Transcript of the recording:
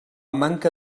manca